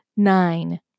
Nine